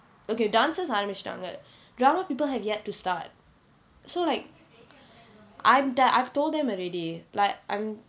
okay dancers ஆரம்பிச்சுட்டாங்க:aarambichuttaanga drama people have yet to start so like I'm done I've told them already like I'm